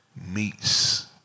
meets